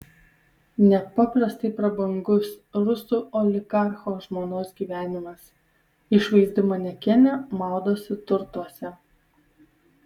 nepaprastai prabangus rusų oligarcho žmonos gyvenimas išvaizdi manekenė maudosi turtuose